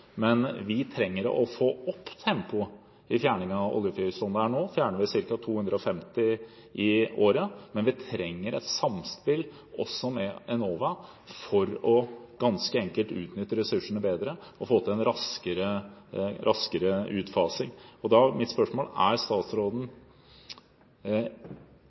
men vi trenger å få opp tempoet i fjerning av oljefyrer. Slik det er nå, fjerner vi ca. 250 i året, men vi trenger et samspill også med Enova, ganske enkelt for å utnytte ressursene bedre og få til en raskere utfasing. Da er mitt spørsmål: Er statsråden